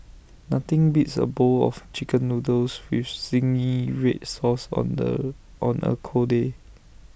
nothing beats A bowl of Chicken Noodles with Zingy Red Sauce on the on A cold day